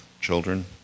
children